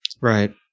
Right